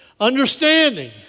understanding